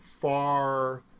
far